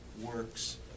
works